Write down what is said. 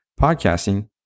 podcasting